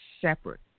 separate